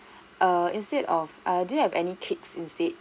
err instead of uh do you have any cakes instead